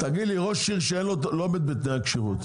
--- תגיד לי ראש עיר שלא עומד בתנאי הכשירות,